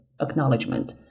acknowledgement